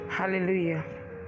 hallelujah